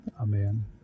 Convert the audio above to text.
Amen